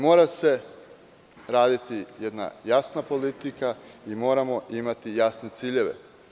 Mora se raditi jedna jasna politika i moramo imati jasne ciljeve.